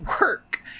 work